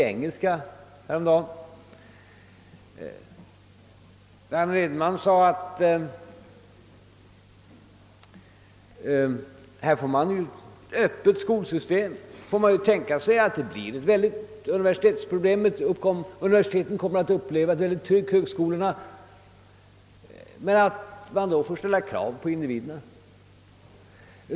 Herr Edenman framhöll att vi kommer att få ett öppet skolsystem och att vi då får räkna med väldiga problem för universiteten och högskolorna, som kommer att få uppleva ett väldigt tryck. I stället skulle vi då få ställa krav på individerna.